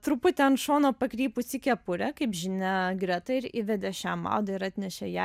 truputį ant šono pakrypusi kepurė kaip žinia greta ir įvedė šią madą ir atnešė ją